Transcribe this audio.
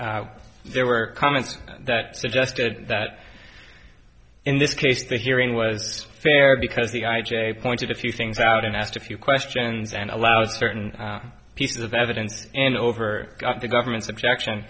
there were comments that suggested that in this case the hearing was fair because the i j a pointed a few things out and asked a few questions and allowed certain pieces of evidence and over the government's objection